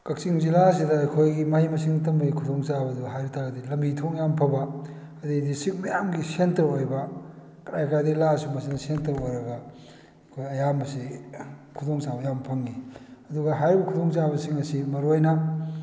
ꯀꯛꯆꯤꯡ ꯖꯤꯂꯥ ꯑꯁꯤꯗ ꯑꯩꯈꯣꯏ ꯃꯍꯩ ꯃꯁꯤꯡ ꯇꯝꯕꯒꯤ ꯈꯨꯗꯣꯡꯆꯥꯕꯗꯨ ꯍꯥꯏꯕ ꯇꯥꯔꯗꯤ ꯂꯝꯕꯤ ꯊꯣꯡ ꯌꯥꯝꯅ ꯐꯕ ꯑꯗꯨꯗꯩꯗꯤ ꯗꯤꯁꯇꯤꯛ ꯃꯌꯥꯝꯒꯤ ꯁꯦꯟꯇꯔ ꯑꯣꯏꯕ ꯀꯗꯥꯏ ꯀꯗꯥꯏꯗꯒꯤ ꯂꯥꯛꯑꯁꯨ ꯃꯁꯤꯗ ꯁꯦꯟꯇꯔ ꯑꯣꯏꯔꯒ ꯑꯩꯈꯣꯏ ꯑꯌꯥꯝꯕꯁꯤ ꯈꯨꯗꯣꯡꯆꯥꯕ ꯌꯥꯝꯅ ꯐꯪꯉꯤ ꯑꯗꯨꯒ ꯍꯥꯏꯔꯤꯕ ꯈꯨꯗꯣꯡꯆꯥꯕꯁꯤꯡ ꯑꯁꯤ ꯃꯔꯨꯑꯣꯏꯅ